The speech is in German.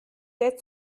der